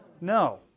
No